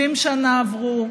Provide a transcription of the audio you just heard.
70 שנה עברו.